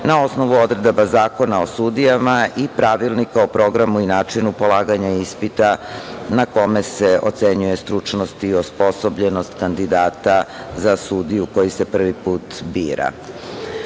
na osnovu odredaba Zakona o sudijama i pravilnika o programu i načinu polaganja ispita na kome se ocenjuje stručnost i osposobljenost kandidata za sudiju koji se prvi put